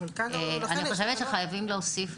אני חושבת שחייבים להוסיף